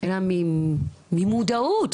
אלא ממודעות.